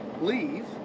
leave